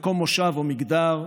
מקום מושב או מגדר,